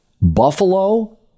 Buffalo